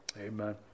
Amen